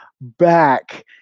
back –